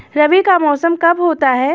रबी का मौसम कब होता हैं?